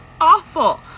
awful